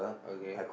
okay